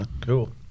Cool